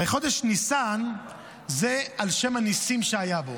הרי חודש ניסן הוא על שם הניסים שהיה בו.